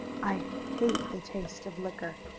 i hate the taste of liquor.